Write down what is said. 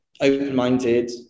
open-minded